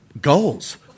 Goals